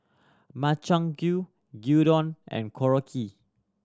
Makchang Gui Gyudon and Korokke